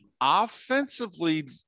offensively